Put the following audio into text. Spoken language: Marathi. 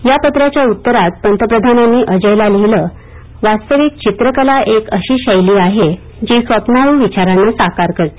या पत्राच्या उत्तरात पंतप्रधानांनी अजयला लिहिले वास्तविक चित्रकला एक अशी शैली आहे जी स्वप्नाळू विचारांना साकार करते